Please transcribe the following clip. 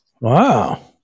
Wow